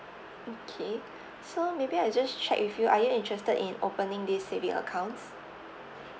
okay so maybe I just check with you are you interested in opening this saving accounts